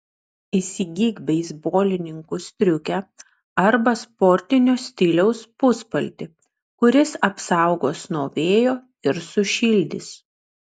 įsigyk beisbolininkų striukę arba sportinio stiliaus puspaltį kuris apsaugos nuo vėjo ir sušildys